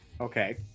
okay